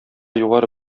югары